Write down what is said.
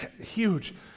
huge